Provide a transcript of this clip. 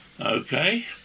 Okay